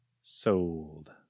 Sold